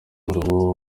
uruhu